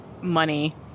money